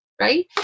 right